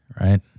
Right